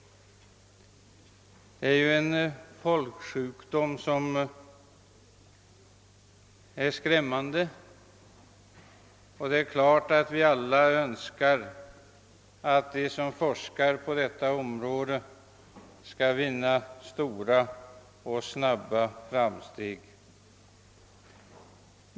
Cancer är en skrämmande folksjukdom, och det är klart att vi alla önskar att de som forskar på området skall göra stora och snabba framsteg.